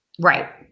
right